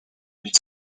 read